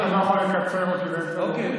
אנחנו נשמח שתדבר, רק עליזה מחליטה.